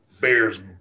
Bears